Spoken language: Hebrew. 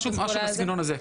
משהו בסגנון הזה.